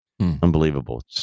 unbelievable